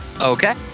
Okay